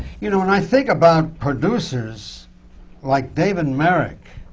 you know, and i think about producers like david merrick,